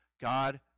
God